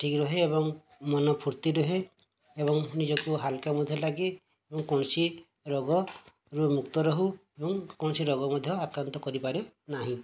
ଠିକ ରହେ ଏବଂ ମନ ଫୁର୍ତ୍ତି ରହେ ଏବଂ ନିଜକୁ ହାଲକା ମଧ୍ୟ ଲାଗେ ଏବଂ କୌଣସି ରୋଗରୁ ମୁକ୍ତ ରହୁ ଏବଂ କୌଣସି ରୋଗ ମଧ୍ୟ ଆକ୍ରାନ୍ତ କରିପାରେ ନାହିଁ